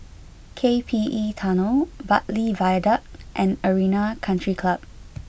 K P E Tunnel Bartley Viaduct and Arena Country Club